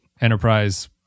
enterprise